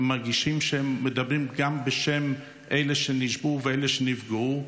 הם מרגישים שהם מדברים גם בשם אלה שנשבו ואלה שנפגעו,